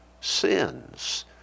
sins